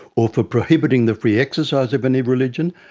or for prohibiting the free exercise of any religion,